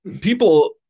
people